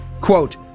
Quote